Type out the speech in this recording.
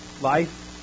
life